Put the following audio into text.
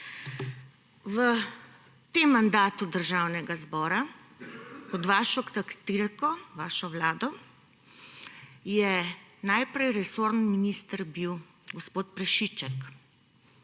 V tem mandatu Državnega zbora je bil pod vašo taktirko, vašo vlado najprej resorni minister gospod Prešiček.